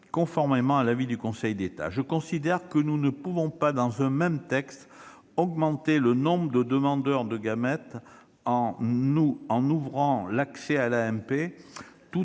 conformément à l'avis du Conseil d'État. Je considère que nous ne pouvons pas, dans un même texte, augmenter le nombre de demandeurs de gamètes en ouvrant l'accès à l'AMP, tout